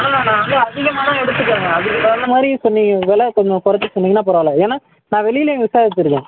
பரவாயில்லை நான் வந்து அதிகமாக தான் எடுத்துக்குவேங்க அதுக்குத் தகுந்த மாதிரி சொன்னீங்க விலை கொஞ்சம் குறைச்சி சொன்னீங்கன்னால் பரவாயில்ல ஏன்னால் நான் வெளியிலேயும் விசாரிச்சுருக்கேன்